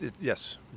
yes